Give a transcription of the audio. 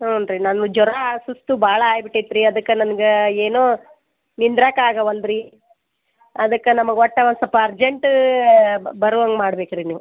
ಹ್ಞೂ ರೀ ನಾನು ಜ್ವರ ಸುಸ್ತು ಭಾಳ ಆಗ್ಬಿಟೈತ್ರಿ ಅದಕ್ಕೆ ನನ್ಗೆ ಏನೋ ನಿಂದ್ರಾಕೆ ಆಗುವಲ್ರಿ ಅದಕ್ಕೆ ನಮಗೆ ಒಟ್ಟು ಒಂದು ಸ್ವಲ್ಪ ಅರ್ಜೆಂಟು ಬರುವಂಗೆ ಮಾಡ್ಬೇಕು ರೀ ನೀವು